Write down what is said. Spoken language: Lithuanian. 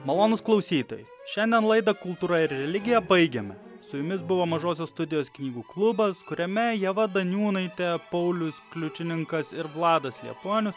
malonūs klausytojai šiandien laidą kultūra ir religija baigiame su jumis buvo mažosios studijos knygų klubas kuriame ieva daniūnaitė paulius kliučininkas ir vladas liepuonius